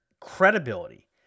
credibility